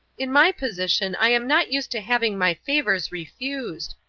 in my position i am not used to having my favours refused.